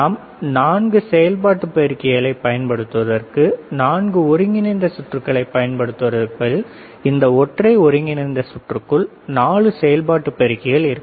நாம் நான்கு செயல்பாட்டு பெருக்கிகளை பயன்படுத்துவதற்கு நான்கு ஒருங்கிணைந்த சுற்றுக்களை பயன்படுத்துவதற்கு பதில் இந்த ஒற்றை ஒருங்கிணைந்த சுற்றுக்குள் 4 செயல்பட்டு பெருக்கிகள் இருக்கும்